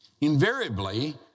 Invariably